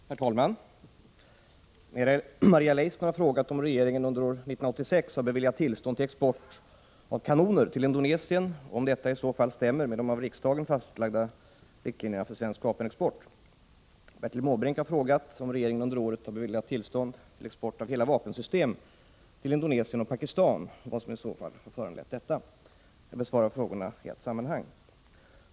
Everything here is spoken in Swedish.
Herr talman! Maria Leissner har frågat om regeringen under år 1986 beviljat tillstånd till export av kanoner till Indonesien och om detta i så fall stämmer med de av riksdagen fastslagna riktlinjerna för svensk vapenexport. Bertil Måbrink har frågat om regeringen under året beviljat tillstånd till export av hela vapensystem till Indonesien och Pakistan och vad som i så fall föranlett detta. Jag besvarar frågorna i ett sammanhang.